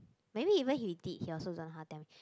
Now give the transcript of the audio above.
maybe even he did he also don't know how tell me